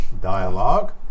dialogue